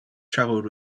travelled